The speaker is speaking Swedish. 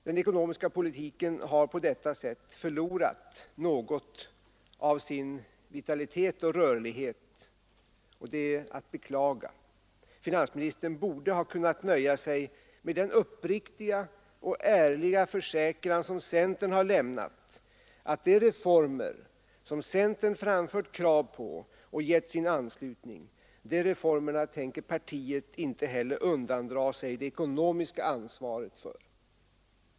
Den ekonomiska politiken har på detta sätt förlorat något av sin vitalitet och rörlighet, vilket är att beklaga. Finansministern borde ha kunnat nöja sig med den uppriktiga och ärliga försäkran som centern har lämnat om att de reformer som centern framfört krav på och gett sin anslutning tänker partiet inte heller undandra sig det ekonomiska ansvaret för.